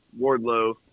Wardlow